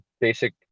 basic